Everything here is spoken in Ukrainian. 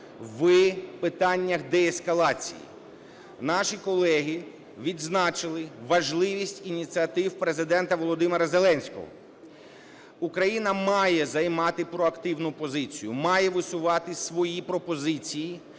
в питаннях деескалації. Наші колеги відзначили важливість ініціатив Президента Володимира Зеленського. Україна має займати проактивну позицію. Має висувати свої пропозиції,